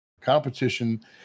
Competition